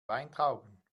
weintrauben